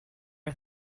are